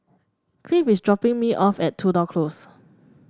Cleve is dropping me off at Tudor Close